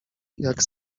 jak